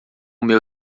meu